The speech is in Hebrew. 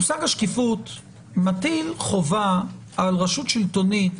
מושג השקיפות מטיל חובה על רשות שלטונית